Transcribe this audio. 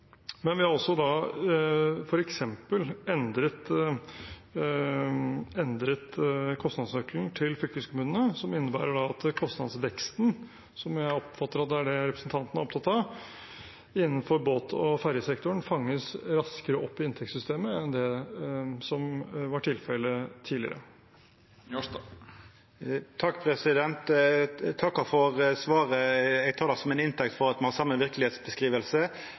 Men vi har også f.eks. endret kostnadsnøkkelen til fylkeskommunene som innebærer at kostnadsveksten, som jeg oppfatter at er det representanten er opptatt av, innenfor båt- og fergesektoren fanges raskere opp i inntektssystemet enn det som var tilfellet tidligere. Eg takkar for svaret. Eg tek det som inntekt for at me har